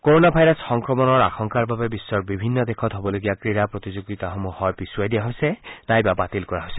corona virus সংক্ৰমণৰ আশংকাৰ বাবে বিশ্বৰ বিভিন্ন দেশত হবলগীয়া ক্ৰীডা প্ৰতিযোগিতাসমূহ হয় পিছুৱাই দিয়া হৈছে বা বাতিল কৰা হৈছে